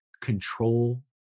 control